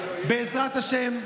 בעזרת השם,